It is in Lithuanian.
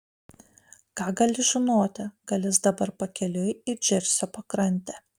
ką gali žinoti gal jis dabar pakeliui į džersio pakrantę